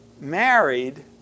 married